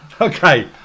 Okay